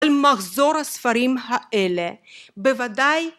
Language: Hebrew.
אל מחזור הספרים האלה. בוודאי